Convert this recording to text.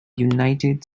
united